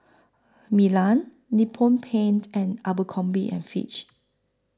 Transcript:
Milan Nippon Paint and Abercrombie and Fitch